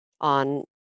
on